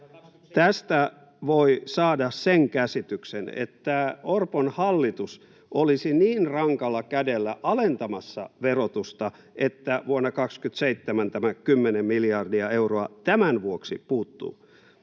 Tästä voi saada sen käsityksen, että Orpon hallitus olisi niin rankalla kädellä alentamassa verotusta, että vuonna 27 tämä kymmenen miljardia euroa tämän vuoksi puuttuu.